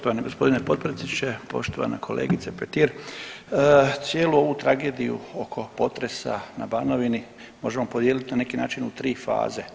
Poštovani gospodine potpredsjedniče, poštovana kolegice Petir cijelu ovu tragediju oko potresa na Banovini možemo podijeliti na neki način u tri faze.